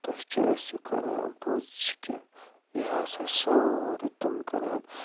تُہۍ کیٛاہ ٲسِو کران پوٚز چھِ کیٛاہ یہِ ہسا چھِ سورٕے تِم کران